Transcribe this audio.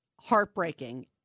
Heartbreaking